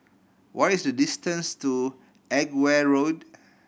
what is the distance to Edgware Road